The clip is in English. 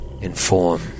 inform